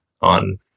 on